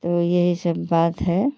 तो यही सब बात है